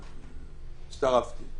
הצטרפתי.